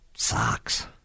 Sucks